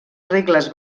regles